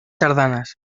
tardanes